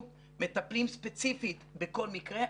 מטפלים ספציפית בכל מקרה,